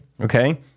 Okay